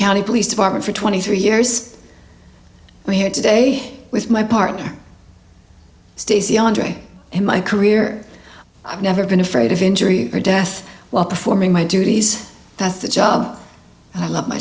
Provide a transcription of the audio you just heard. county police department for twenty three years here today with my partner stacy andre in my career i've never been afraid of injury or death while performing my duties that's the job i love my